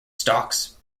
stalks